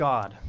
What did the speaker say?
God